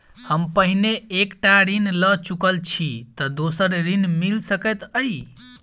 हम पहिने एक टा ऋण लअ चुकल छी तऽ दोसर ऋण मिल सकैत अई?